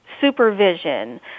supervision